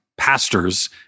pastors